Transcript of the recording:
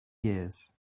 years